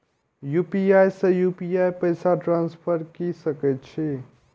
UPI से UPI पैसा transfer की सके छी?